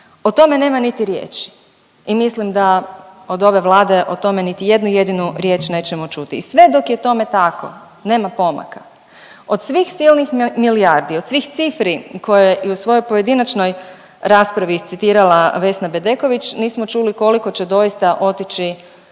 O tome nema niti riječi i mislim da od ove Vlade o tome niti jednu jedinu riječ nećemo čuti i sve dok je tome tako nema pomaka. Od svih silnih milijardi, od svih cifri koje i u svojoj pojedinačnoj raspravi citirala Vesna Bedeković, nismo čuli koliko će doista otići